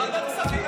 לוועדת הכספים.